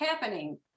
happening